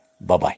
Bye-bye